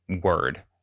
word